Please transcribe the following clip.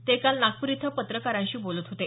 ते काल नागपूर इथं पत्रकारांशी बोलत होते